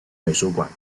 美术馆